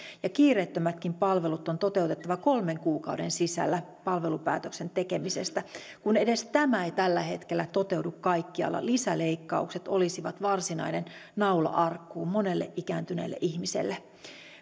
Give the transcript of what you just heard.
ja kiireettömätkin palvelut on toteutettava kolmen kuukauden sisällä palvelupäätöksen tekemisestä kun edes tämä ei tällä hetkellä toteudu kaikkialla lisäleikkaukset olisivat varsinainen naula arkkuun monelle ikääntyneelle ihmiselle